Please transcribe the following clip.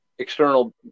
external